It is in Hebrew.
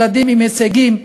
ילדים עם הישגים,